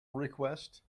request